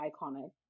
iconic